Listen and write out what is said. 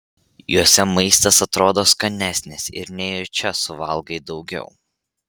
juose maistas atrodo skanesnis ir nejučia suvalgai daugiau